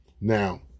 Now